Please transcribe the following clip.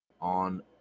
on